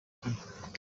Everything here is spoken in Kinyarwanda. kunywa